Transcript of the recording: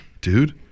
dude